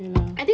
ya lah